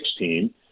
2016